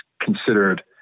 considered